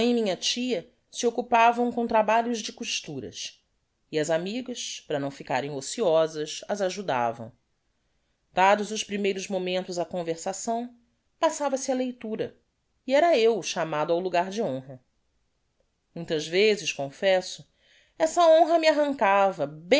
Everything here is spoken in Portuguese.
minha tia se occupavam com trabalhos de costuras e as amigas para não ficarem ociosas as ajudavam dados os primeiros momentos á conversação passava-se á leitura e era eu chamado ao lugar de honra muitas vezes confesso essa honra me arrancava